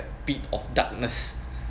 pit of darkness